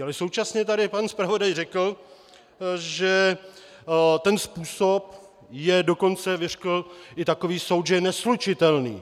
Ale současně tady pan zpravodaj řekl, že ten způsob je dokonce vyřkl i takový soud neslučitelný.